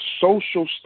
social